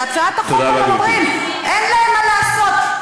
בהצעת החוק הם אומרים: אין להם מה לעשות.